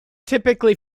typically